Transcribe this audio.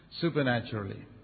supernaturally